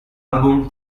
album